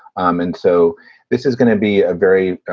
um and so this is gonna be a very